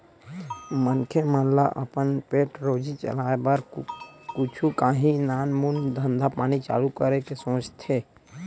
मनखे मन ल अपन पेट रोजी चलाय बर कुछु काही नानमून धंधा पानी चालू करे के सोचथे